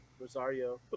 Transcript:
Rosario